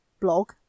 blog